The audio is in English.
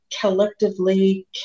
collectively